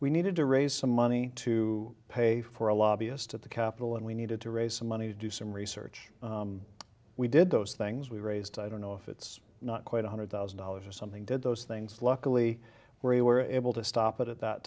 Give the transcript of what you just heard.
we needed to raise some money to pay for a lobbyist at the capitol and we needed to raise some money to do some research we did those things we raised i don't know if it's not quite one hundred thousand dollars or something did those things luckily we were able to stop it at that